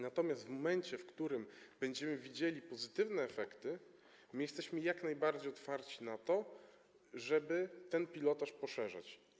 Natomiast w momencie, w którym będziemy widzieli pozytywne efekty, my jesteśmy jak najbardziej otwarci na to, żeby ten pilotaż poszerzać.